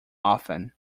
often